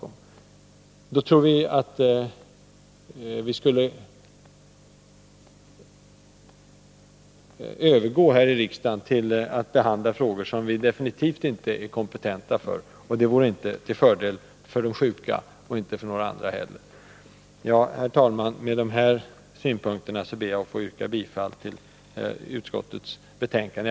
Då tror vi att riksdagen skulle behandla frågor som vi definitivt inte är kompetenta för. Det vore varken till fördel för de sjuka eller för några andra. Herr talman! Med dessa synpunkter ber jag att få yrka bifall till utskottets hemställan.